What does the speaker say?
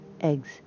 eggs